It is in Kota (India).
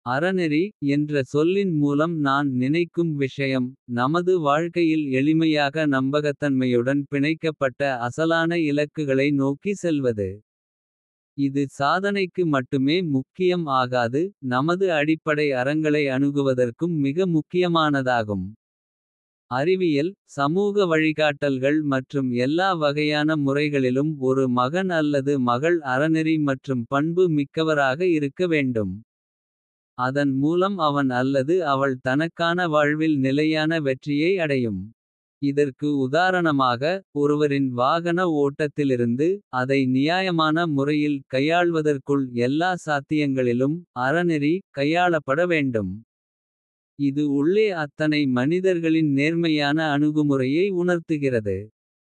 அறநெறிஎன்ற சொல்லின் மூலம் நான் நினைக்கும் விஷயம். நமது வாழ்கையில் எளிமையாக நம்பகத்தன்மையுடன். பிணைக்கப்பட்ட அசலான இலக்குகளை நோக்கி செல்வது. இது சாதனைக்கு மட்டுமே முக்கியம் ஆகாது நமது அடிப்படை. அறங்களை அணுகுவதற்கும் மிக முக்கியமானதாகும் அறிவியல். சமூக வழிகாட்டல்கள் மற்றும் எல்லா வகையான முறைகளிலும். ஒரு மகன் அல்லது மகள் அற நெறி மற்றும் பண்பு மிக்கவராக. இருக்க வேண்டும். அதன் மூலம் அவன் அல்லது அவள் தனக்கான. வாழ்வில் நிலையான வெற்றியை அடையும் இதற்கு உதாரணமாக. ஒருவரின் வாகன ஓட்டத்திலிருந்து அதை நியாயமான முறையில். கையாள்வதற்குள் எல்லா சாத்தியங்களிலும் அறநெறி. கையாளப்பட வேண்டும் இது உள்ளே அத்தனை மனிதர்களின். நேர்மையான அணுகுமுறையை உணர்த்துகிறது.